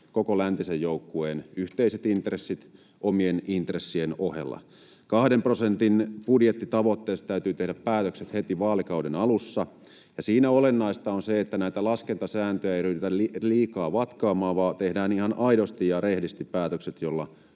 koko läntisen joukkueen yhteiset intressit omien intressien ohella. Kahden prosentin budjettitavoitteesta täytyy tehdä päätökset heti vaalikauden alussa, ja siinä olennaista on se, että näitä laskentasääntöjä ei ryhdytä liikaa vatkaamaan, vaan tehdään ihan aidosti ja rehdisti päätökset, joilla